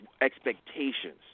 expectations